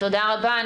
תודה רבה,